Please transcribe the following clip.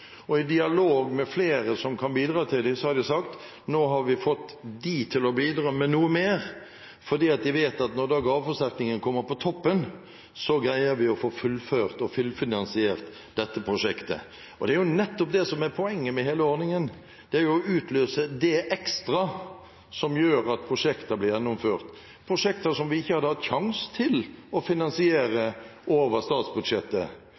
I dialog med flere som kan bidra, har de sagt at nå har de fått dem til å bidra med noe mer fordi de vet at når gaveforsterkningen kommer på toppen, greier de å få fullført og fullfinansiert dette prosjektet. Og det er nettopp det som er poenget med hele ordningen: å utløse det ekstra som gjør at prosjekter blir gjennomført, prosjekter som vi ikke hadde hatt sjanse til å finansiere over statsbudsjettet.